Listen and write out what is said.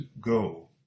Go